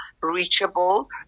reachable